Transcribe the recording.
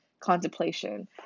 contemplation